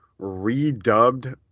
redubbed